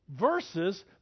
versus